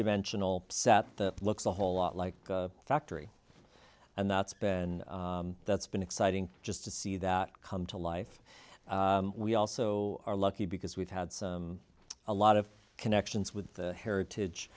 dimensional set the looks a whole lot like factory and that's been that's been exciting just to see that come to life we also are lucky because we've had some a lot of connections with heritage